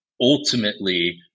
ultimately